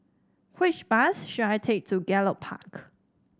which bus should I take to Gallop Park